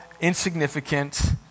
insignificant